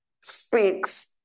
speaks